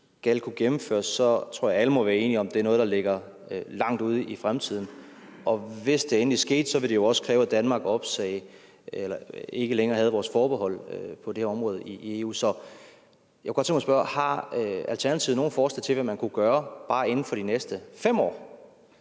sinde skal kunne gennemføres, er noget, der ligger langt ude i fremtiden. Det tror jeg alle må være enige om. Og hvis det endelig skete, ville det jo også kræve, at Danmark ikke længere havde sine forbehold på det område i EU. Så jeg kunne godt tænke mig at spørge: Har Alternativet nogle forslag til, hvad man kunne gøre bare inden for de næste 5 år?